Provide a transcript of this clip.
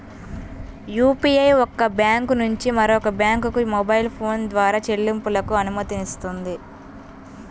UPI ఒక bank నుంచి మరొక బ్యాంకుకు మొబైల్ ఫోన్ ద్వారా చెల్లింపులకు అనుమతినిస్తుంది